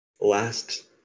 last